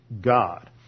God